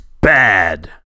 bad